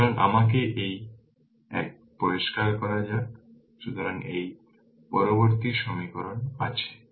সুতরাং আমাকে এই এক পরিষ্কার করা যাক সুতরাং এই পরবর্তী সমীকরণ আছে